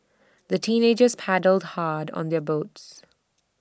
the teenagers paddled hard on their boats